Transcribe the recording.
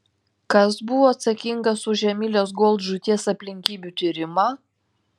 kas buvo atsakingas už emilės gold žūties aplinkybių tyrimą